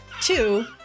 two